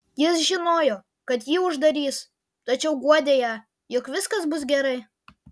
jis žinojo kad jį uždarys tačiau guodė ją jog viskas bus gerai